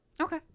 Okay